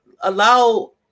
allow